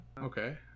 Okay